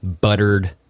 buttered